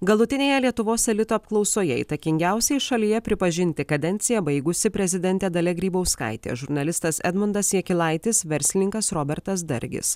galutinėje lietuvos elito apklausoje įtakingiausiais šalyje pripažinti kadenciją baigusi prezidentė dalia grybauskaitė žurnalistas edmundas jakilaitis verslininkas robertas dargis